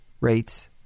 rates